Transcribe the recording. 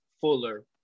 Fuller